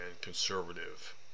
conservative